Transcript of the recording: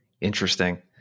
Interesting